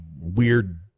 weird